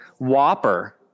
Whopper